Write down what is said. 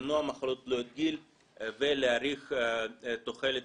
למנוע מחלות תלויות גיל ולהאריך את תוחלת